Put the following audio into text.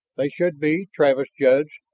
they should be, travis judged,